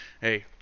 Hey